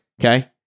Okay